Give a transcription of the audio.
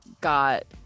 got